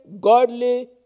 godly